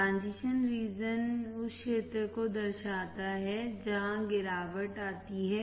transition region उस क्षेत्र को दर्शाता है जहां गिरावट आती है